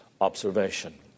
observation